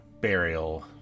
burial